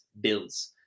Bills